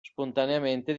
spontaneamente